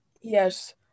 yes